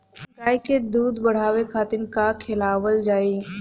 गाय क दूध बढ़ावे खातिन का खेलावल जाय?